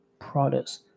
products